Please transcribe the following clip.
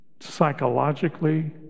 psychologically